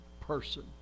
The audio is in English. person